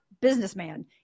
businessman